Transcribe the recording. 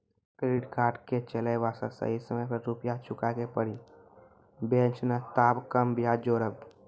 Credit card के चले वास्ते सही समय पर रुपिया चुके के पड़ी बेंच ने ताब कम ब्याज जोरब?